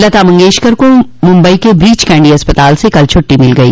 लता मंगेशकर को मुंबई के ब्रीच कैंडी अस्पताल से कल छुट्टी मिल गई